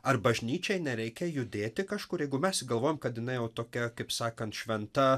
ar bažnyčiai nereikia judėti kažkur jeigu mes galvojam kad jinai jau tokia kaip sakant šventa